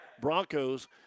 Broncos